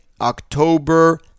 October